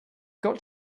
got